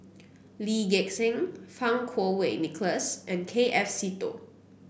Lee Gek Seng Fang Kuo Wei Nicholas and K F Seetoh